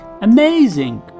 Amazing